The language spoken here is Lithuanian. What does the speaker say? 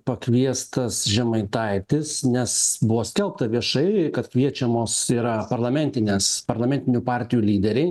pakviestas žemaitaitis nes buvo skelbta viešai kad kviečiamos yra parlamentinės parlamentinių partijų lyderiai